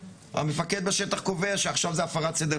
המפקד בשטח קובע שעכשיו זאת הפרת סדר.